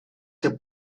que